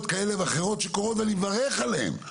כאלה ואחרות שקורות ואני מברך עליהן.